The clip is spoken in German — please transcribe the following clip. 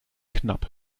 knapp